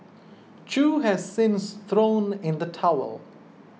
chew has since thrown in the towel